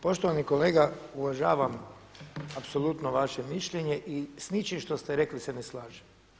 Poštovani kolega, uvažavam apsolutno vaše mišljenje i s ničim što ste rekli se ne slažem.